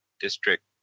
district